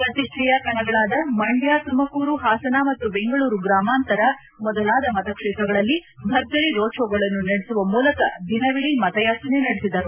ಪ್ರತಿಷ್ಠೆಯ ಕಣಗಳಾದ ಮಂಡ್ಲ ತುಮಕೂರು ಹಾಸನ ಮತ್ತು ಬೆಂಗಳೂರು ಗ್ರಾಮಾಂತರ ಮೊದಲಾದ ಮತಕ್ಷೇತ್ರಗಳಲ್ಲಿ ಭರ್ಜರಿ ರೋಡ್ಷೋಗಳನ್ನು ನಡೆಸುವ ಮೂಲಕ ದಿನವಿಡಿ ಮತಯಾಚನೆ ನಡೆಸಿದರು